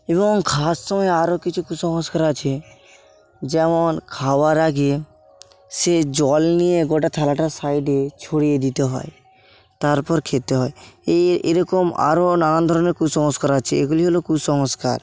এবং খাওয়ার সময় আরও কিছু কুসংস্কার আছে যেমন খাওয়ার আগে সে জল নিয়ে গোটা থালাটার সাইডে ছড়িয়ে দিতে হয় তারপর খেতে হয় এই এ এরকম আরও নানান ধরনের কুসংস্কার আছে এগুলি হলো কুসংস্কার